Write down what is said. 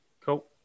Cool